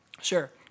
Sure